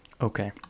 Okay